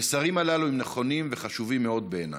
המסרים הללו נכונים וחשובים מאוד בעיניי.